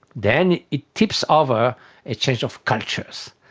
then it tips over a change of cultures.